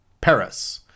Paris